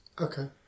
Okay